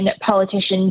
politicians